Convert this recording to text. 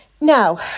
Now